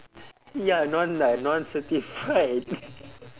ya non lah non-certified